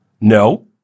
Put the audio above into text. No